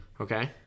Okay